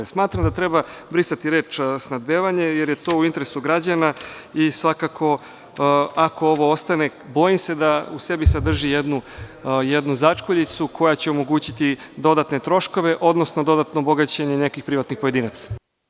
Smatram da treba brisati reč snabdevanje, jer je to u interesu građana i svakako ako ovo ostane bojim se da u sebi sadrži jednu začkoljicu koja će omogućiti dodatne troškove, odnosno dodatno bogaćenje nekih privatnih pojedinaca.